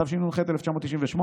התשנ"ח 1998,